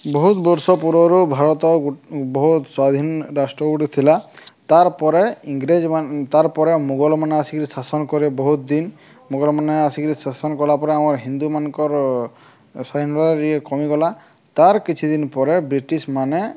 ବହୁତ ବର୍ଷ ପୂର୍ବରୁ ଭାରତ ବହୁତ ସ୍ଵାଧୀନ ରାଷ୍ଟ୍ର ଗୋଟେ ଥିଲା ତାର୍ ପରେ ଇଂରେଜ ମାନେ ତାର୍ ପରେ ମୋଗଲମାନେ ଆସିକିରି ଶାସନ କରେ ବହୁତ ଦିନ୍ ମୋଗଲ ମାନେ ଆସିକିରି ଶାସନ କଲା ପରେ ଆମ ହିନ୍ଦୁମାନଙ୍କର ସ୍ୱାଧୀନତା ଟିକେ କମିଗଲା ତାର୍ କିଛି ଦିନ ପରେ ବ୍ରିଟିଶ ମାନେ